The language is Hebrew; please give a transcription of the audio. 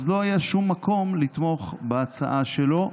אז לא היה שום מקום לתמוך בהצעה שלו.